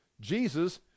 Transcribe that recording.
Jesus